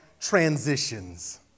transitions